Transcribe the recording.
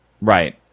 Right